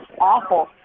awful